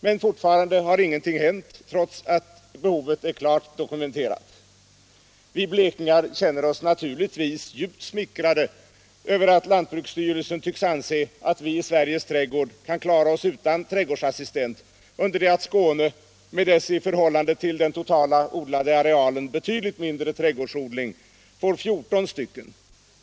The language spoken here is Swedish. Men fortfarande har ingenting hänt, trots att behovet är klart dokumenterat. Vi blekingar känner oss naturligtvis djupt smickrade av att lantbruksstyrelsen tycks anse, att vi i Sveriges trädgård kan klara oss utan trädgårdsassistent, under det att Skåne med dess i förhållande till den totala odlade arealen betydligt mindre trädgårdsodling får fjorton assistenter.